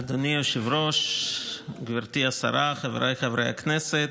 אדוני היושב-ראש, גברתי השרה, חבריי חברי הכנסת,